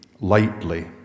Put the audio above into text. lightly